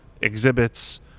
exhibits